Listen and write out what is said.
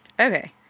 Okay